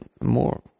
more